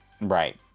right